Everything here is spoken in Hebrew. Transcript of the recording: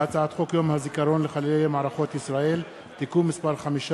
והצעת חוק יום הזיכרון לחללי מערכות ישראל (תיקון מס' 5),